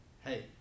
Hey